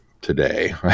today